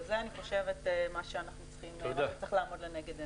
וזה, אני חושבת, מה שצריך לעמוד לנגד עינינו.